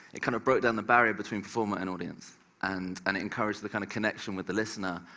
it kind of broke down the barrier between performer and audience and and encouraged the kind of connection with the listener.